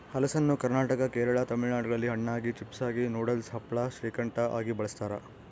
ಹಲಸನ್ನು ಕರ್ನಾಟಕ ಕೇರಳ ತಮಿಳುನಾಡುಗಳಲ್ಲಿ ಹಣ್ಣಾಗಿ, ಚಿಪ್ಸಾಗಿ, ನೂಡಲ್ಸ್, ಹಪ್ಪಳ, ಶ್ರೀಕಂಠ ಆಗಿ ಬಳಸ್ತಾರ